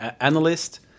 analyst